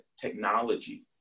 technology